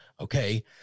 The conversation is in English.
okay